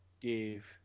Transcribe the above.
Dave